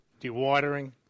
dewatering